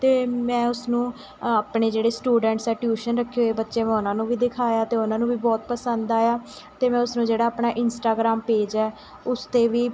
ਅਤੇ ਮੈਂ ਉਸਨੂੰ ਆਪਣੇ ਜਿਹੜੇ ਸਟੂਡੈਂਟਸ ਆ ਟਿਊਸ਼ਨ ਰੱਖੇ ਹੋਏ ਬੱਚੇ ਮੈਂ ਉਹਨਾਂ ਨੂੰ ਵੀ ਦਿਖਾਇਆ ਅਤੇ ਉਹਨਾਂ ਨੂੰ ਵੀ ਬਹੁਤ ਪਸੰਦ ਆਇਆ ਅਤੇ ਮੈਂ ਉਸਨੂੰ ਜਿਹੜਾ ਆਪਣਾ ਇੰਸਟਾਗ੍ਰਾਮ ਪੇਜ਼ ਹੈ ਉਸ 'ਤੇ ਵੀ